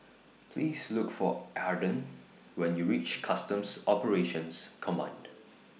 Please Look For Arden when YOU REACH Customs Operations Command